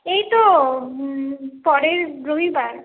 এইতো পরের রবিবার